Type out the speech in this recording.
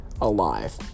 alive